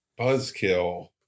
Buzzkill